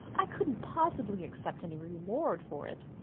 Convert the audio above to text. i couldn't possibly accept any reward for it.